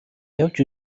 явж